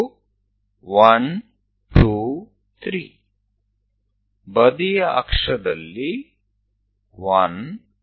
12 34 એ બાજુની અક્ષ પર છે